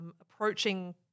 approaching